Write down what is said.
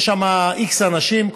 ויש שם x אנשים,